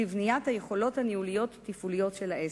לבניית היכולות הניהוליות-התפעוליות של העסק,